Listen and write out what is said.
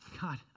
God